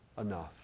Enough